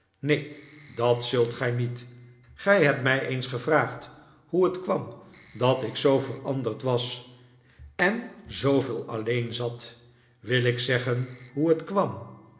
neen dat zult gij niet gij hebt mij eens gevraagd hoe het kwam dat ik zoo veranderd was en zooveel alleen zat wil ik zeggen hoe dat kwam